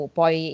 poi